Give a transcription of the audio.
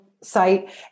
site